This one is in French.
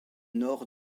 nord